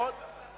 נכון.